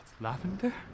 lavender